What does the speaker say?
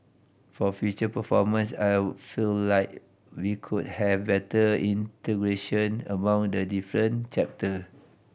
for future performance I feel like we could have better integration among the different chapter